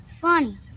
Funny